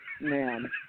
Man